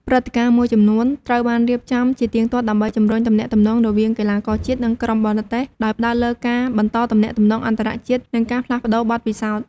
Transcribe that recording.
ព្រឹត្តិការណ៍មួយចំនួនត្រូវបានរៀបចំជាទៀងទាត់ដើម្បីជម្រុញទំនាក់ទំនងរវាងកីឡាករជាតិ និងក្រុមបរទេស ដោយផ្ដោតលើការបន្តទំនាក់ទំនងអន្តរជាតិ និងការផ្លាស់ប្តូរបទពិសោធន៍។